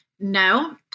No